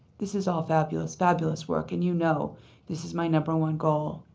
this is all fabulous. fabulous work. and you know this is my number-one goal.